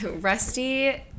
Rusty